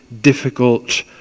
difficult